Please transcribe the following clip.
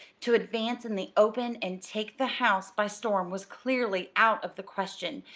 to advance in the open and take the house by storm was clearly out of the question,